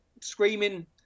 screaming